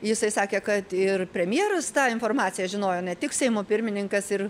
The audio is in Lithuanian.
jisai sakė kad ir premjeras tą informaciją žinojo ne tik seimo pirmininkas ir